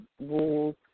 Rules